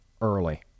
early